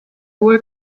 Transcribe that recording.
work